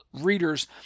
readers